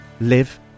live